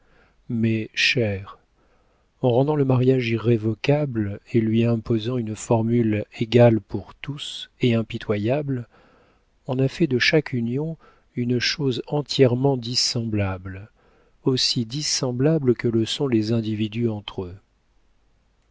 mais chère en rendant le mariage irrévocable et lui imposant une formule égale pour tous et impitoyable on a fait de chaque union une chose entièrement dissemblable aussi dissemblable que le sont les individus entre eux